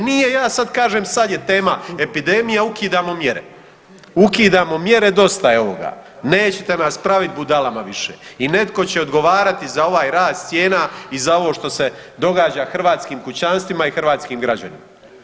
E nije, ja sad kažem sad je tema epidemija ukidamo mjere, ukidamo mjere dosta je ovoga nećete nas praviti budalama više i netko će odgovarati za ovaj rast cijena i za ovo što se događa hrvatskim kućanstvima i hrvatskim građanima.